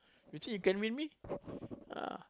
you think you can win me ah